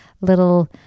little